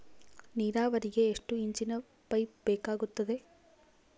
ನೇರಾವರಿಗೆ ಎಷ್ಟು ಇಂಚಿನ ಪೈಪ್ ಬೇಕಾಗುತ್ತದೆ?